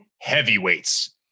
heavyweights